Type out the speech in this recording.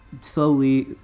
Slowly